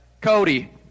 Cody